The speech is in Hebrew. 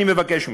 אני מבקש ממך,